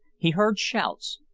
he heard shouts,